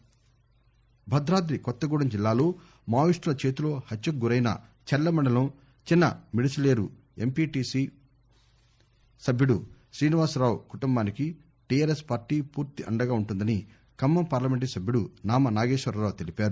ఖమ్మం భద్రదాది కొత్తగూడెం జిల్లాలో మావోయిస్టుల చేతిలో హత్యకు గురైన చర్ల మండలం చిన మిడిసిలేరు ఎంపిటీసి సభ్యుడు శ్రీనివాసరావు కుటుంబానికి టీఆర్ఎస్ పార్టీ పూర్తి అండగా వుంటుందని ఖమ్మం పార్లమెంటరీ సభ్యుడు నామా నాగేశ్వరరావు తెలిపారు